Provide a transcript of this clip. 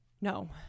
no